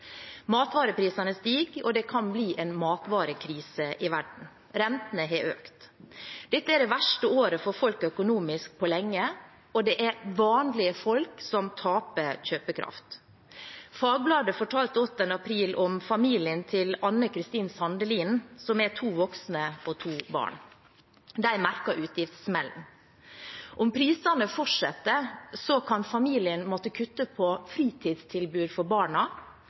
Matvareprisene stiger og det kan bli en matvarekrise i verden. Rentene har økt. Dette er det verste året for folk økonomisk på lenge, og det er vanlige folk som taper kjøpekraft. Fagbladet fortalte 8. april om familien til Ann Kristin Sandelin, som er to voksne og to barn. De merker utgiftssmellen. Om prisene fortsetter, kan familien måtte kutte inn på fritidstilbudene for barna